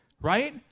right